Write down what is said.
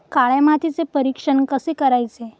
काळ्या मातीचे परीक्षण कसे करायचे?